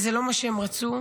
וזה לא מה שהם רצו.